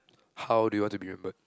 how do you want to be remembered